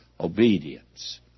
obedience